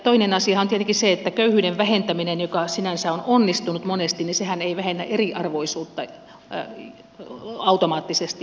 toinen asiahan on tietenkin se että köyhyyden vähentäminen joka sinänsä on onnistunut monesti ei vähennä eriarvoisuutta automaattisesti